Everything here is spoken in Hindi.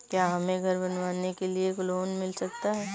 क्या हमें घर बनवाने के लिए लोन मिल सकता है?